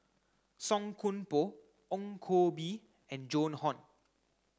Song Koon Poh Ong Koh Bee and Joan Hon